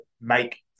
make